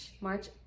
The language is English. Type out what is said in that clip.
March